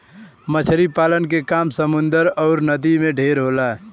मछरी पालन के काम समुन्दर अउर नदी में ढेर होला